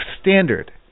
standard